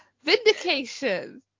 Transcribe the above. Vindication